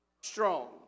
strong